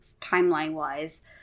timeline-wise